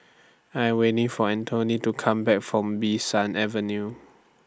I Am waiting For Antonette to Come Back from Bee San Avenue